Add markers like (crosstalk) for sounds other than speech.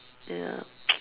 ya (noise)